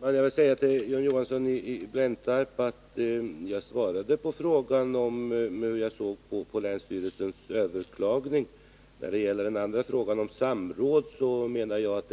Herr talman! Jag vill säga till John Johnsson i Blentarp att jag svarade på frågan hur jag såg på länsstyrelsens överklagande. Beträffande den andra frågan, om samråd, menar jag att